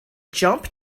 jump